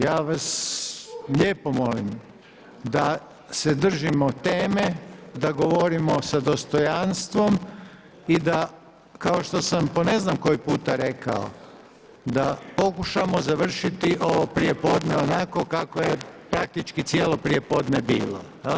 Ja vas lijepo molim da se držimo teme, da govorimo sa dostojanstvom i da kao što sam po ne znam koji put rekao da pokušamo završiti ovo prijepodne onako kako je praktički cijelo prijepodne bilo.